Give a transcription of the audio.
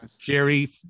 jerry